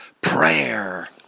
prayer